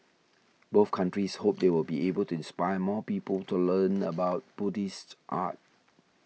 both countries hope they will be able to inspire more people to learn about Buddhist art